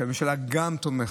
הממשלה תומכת,